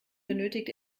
benötigt